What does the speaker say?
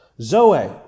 Zoe